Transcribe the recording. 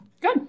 Good